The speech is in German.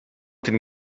den